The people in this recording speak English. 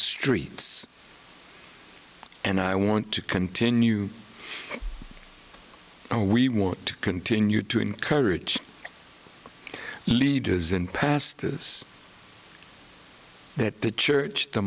streets and i want to continue and we want to continue to encourage leaders in past is that the church the